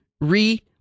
re